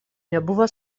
nebuvo